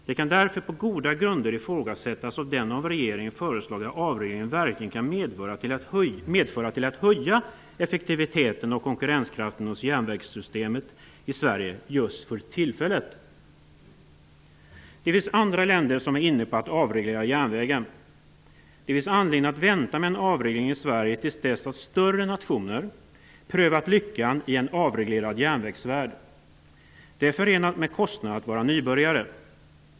Det kan därför på goda grunder ifrågasättas om den av regeringen föreslagna avregleringen verkligen kan medverka till att höja effektiviteten och konkurrenskraften hos järnvägssystemet i Sverige just för tillfället. Det finns andra länder som är inne på att avreglera järnvägen. Det finns anledning att vänta med en avreglering i Sverige till dess att större nationer prövat lyckan i en avreglerad järnvägsvärld. Det är förenat med kostnader att vara nybörjare.